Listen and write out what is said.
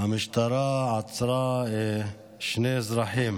עצרה שני אזרחים